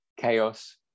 chaos